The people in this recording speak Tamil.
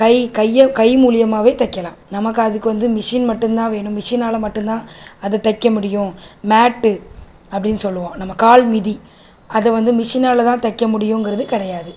கை கையை கை மூலியமாகவே தைக்கலாம் நமக்கு அதுக்கு வந்து மிஷின் மட்டும்தான் வேணும் மிஷினால் மட்டும்தான் அதை தைக்க முடியும் மேட்டு அப்படின்னு சொல்லுவோம் நம்மை கால்மிதி அதை வந்து மிஷினால தான் தைக்க முடியுங்கிறது கிடையாது